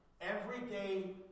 Everyday